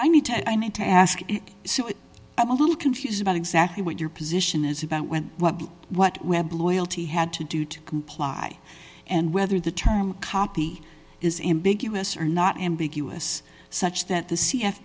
i need to i need to ask a little confused about exactly what your position is about when what web loyalty had to do to comply and whether the term copy is in big us or not ambiguous such that the c f